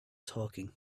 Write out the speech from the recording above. talking